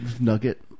nugget